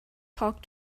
talk